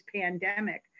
pandemic